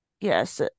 Yes